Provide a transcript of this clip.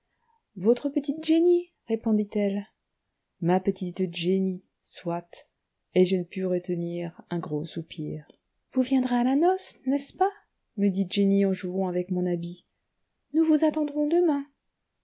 votre petite jenny répondit-elle ma petite jenny soit et je ne pus retenir un gros soupir vous viendrez à la noce n'est-ce pas me dit jenny en jouant avec mon habit nous vous attendrons demain